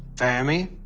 fermi,